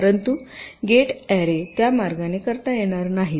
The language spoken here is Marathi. परंतु गेट अॅरे त्या मार्गाने करता येणार नाहीत